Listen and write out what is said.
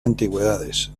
antigüedades